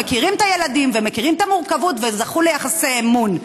שמכירים את הילדים ומכירים את המורכבות וזכו ליחסי אמון?